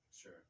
Sure